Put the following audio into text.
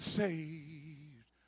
saved